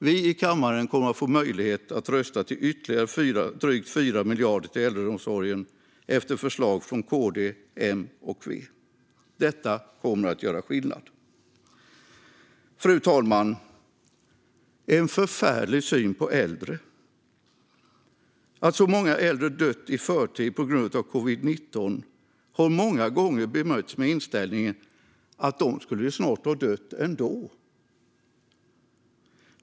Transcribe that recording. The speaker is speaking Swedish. Vi i kammaren kommer att få möjlighet att rösta om ytterligare drygt 4 miljarder till äldreomsorgen efter förslag från KD, M och V. Det kommer att göra skillnad. Fru talman! Det finns en förfärlig syn på äldre. Att så många äldre har dött i förtid på grund av covid-19 har många gånger bemötts med inställningen att de skulle snart ha dött ändå.